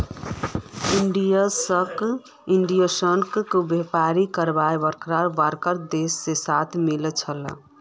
Indonesia क व्यापार करवार बरका बरका देश से साथ मिल छे